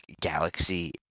galaxy